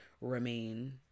remain